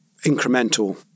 incremental